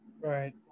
Right